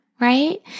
right